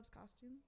costume